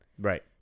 right